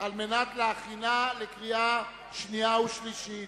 על מנת להכינה לקריאה שנייה וקריאה שלישית.